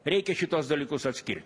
reikia šituos dalykus atskirt